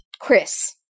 Chris